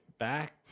Back